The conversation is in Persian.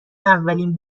اولین